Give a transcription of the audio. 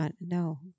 No